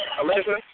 Alexa